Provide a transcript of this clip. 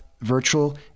virtual